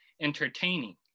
entertaining